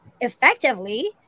effectively